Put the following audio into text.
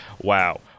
Wow